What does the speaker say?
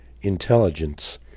Intelligence